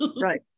Right